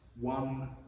one